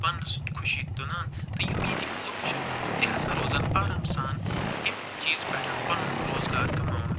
پانس خۄشی تُلان تہٕ یِم ییٚتِکۍ لُکھ چھِ أمۍ تہِ ہسا روزن آرام سان امہِ چیٖز پٮ۪ٹھ پنٛنُن روزگار کَماوان